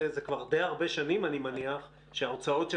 זה כבר די הרבה שנים אני מניח שההוצאות של